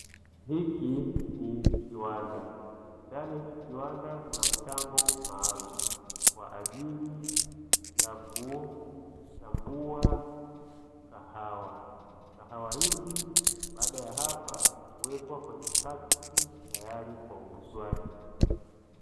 Hiki ni kiwanda, ndani ya hiki kiwanda kuna mtambo maalumu kwa ajili ya kuchambua kahawa, kahawa hizi baada ya hapa huwekwa kwenye pakiti tayari kwa uuzwaji.